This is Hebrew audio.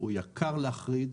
והוא יקר להחריד.